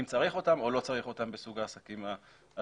אם צריך אותם או לא צריך אותם בסוג העסקים הספציפי.